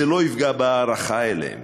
זה לא יפגע בהערכה אליהם,